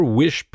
wish